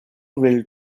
will